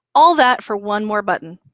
all that for one more button.